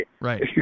Right